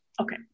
okay